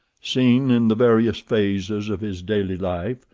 seen in the various phases of his daily life,